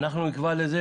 נקבע את זה